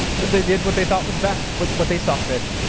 they did what they thought was best what what they saw fit.